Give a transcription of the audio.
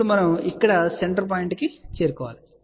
ఇప్పుడు మనం ఇక్కడ సెంటర్ పాయింట్ కు చేరుకోవాలి